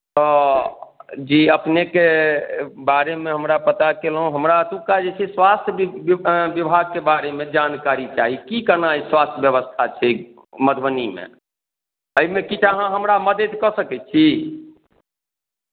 तऽ जी अपनेके बारेमे हमरा पता कयलहुँ हमरा एतुका जे छै स्वास्थ्य वि विभागके बारेमे जानकारी चाही की केना स्वास्थ्य व्यवस्था छै मधुबनीमे एहिमे किछु अहाँ हमरा मदति कऽ सकै छी